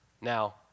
Now